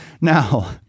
Now